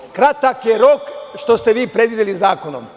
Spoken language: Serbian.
Drugo, kratak je rok što ste vi predvideli zakonom.